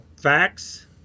facts